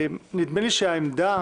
נדמה לי שהעמדה